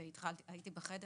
הייתי בחדר,